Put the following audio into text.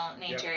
nature